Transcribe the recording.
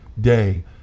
day